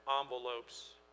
envelopes